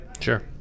Sure